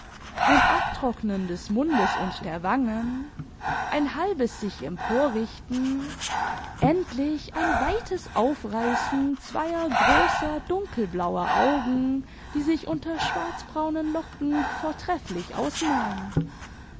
ein abtrocknen des mundes und der wangen ein halbes sichemporrichten endlich ein weites aufreißen zweier großer dunkelblauer augen die sich unter schwarzbraunen locken vortrefflich ausnahmen